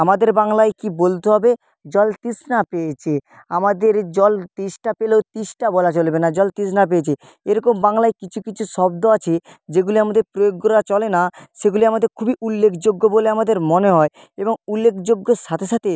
আমাদের বাংলায় কী বলতে হবে জল তৃষ্ণা পেয়েছে আমাদের জল তেষ্টা পেলেও তেষ্টা বলা চলবে না জল তৃষ্ণা পেয়েছে এরকম বাংলায় কিছু কিছু শব্দ আছে যেগুলি আমাদের প্রয়োগ করা চলে না সেগুলি আমাদের খুবই উল্লেখযোগ্য বলে আমাদের মনে হয় এবং উল্লেখযোগ্যর সাথে সাথে